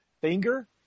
finger